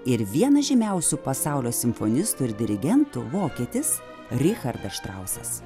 ir vienas žymiausių pasaulio simfonistų ir dirigentų vokietis richardas štrausas